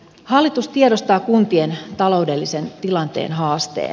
hallitus tiedostaa kuntien taloudellisen tilanteen haasteen